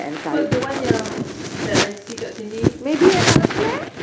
so the one yang that I say kat sini